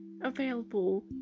available